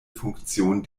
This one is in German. funktion